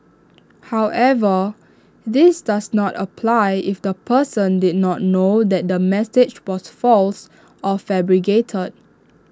however this does not apply if the person did not know that the message was false or fabricated